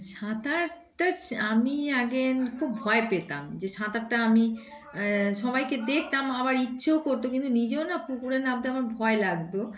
সাঁতারটা আমি আগে খুব ভয় পেতাম যে সাঁতারটা আমি সবাইকে দেখতাম আবার ইচ্ছেও করত কিন্তু নিজেও না পুকুরে নামতে আমার ভয় লাগত